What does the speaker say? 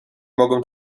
mogą